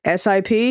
sip